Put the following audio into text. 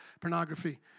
pornography